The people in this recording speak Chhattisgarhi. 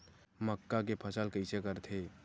मक्का के फसल कइसे करथे?